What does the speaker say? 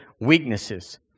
weaknesses